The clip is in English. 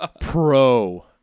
Pro